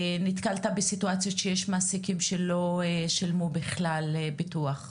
נתקלת בסיטואציות שיש מעסיקים שלא שילמו בכלל ביטוח.